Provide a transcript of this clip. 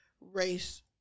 race